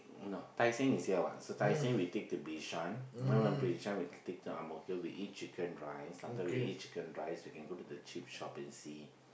no Tai-Seng is here what so Tai-Seng we take to Bishan then from Bishan we take to Ang-Mo-Kio we eat chicken rice after we eat chicken rice we can go to the cheap shop and see